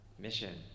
mission